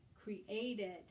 created